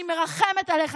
אני מרחמת עליך,